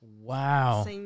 Wow